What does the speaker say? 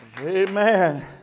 Amen